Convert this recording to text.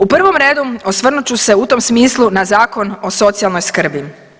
U prvom redu osvrnut ću se u tom smislu na Zakon o socijalnoj skrbi.